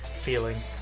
feeling